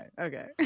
okay